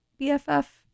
BFF